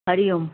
हरिओम